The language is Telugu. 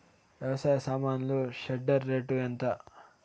వ్యవసాయ సామాన్లు షెడ్డర్ రేటు ఎంత?